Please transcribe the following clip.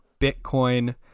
Bitcoin